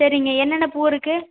சரிங்க என்னென்ன பூ இருக்குது